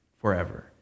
forever